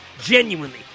Genuinely